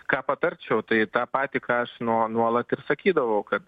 ką patarčiau tai tą patį ką aš nuo nuolat ir sakydavau kad